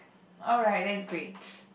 alright that's great